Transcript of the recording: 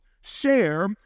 Share